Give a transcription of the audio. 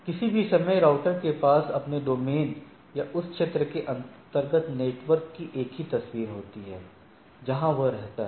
किसी भी समय राउटर के पास अपने डोमेन या उस क्षेत्र के अंतर्गत नेटवर्क की एक ही तस्वीर होती है जहां वह रहता है